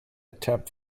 attempt